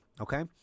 okay